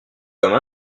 comme